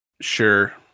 Sure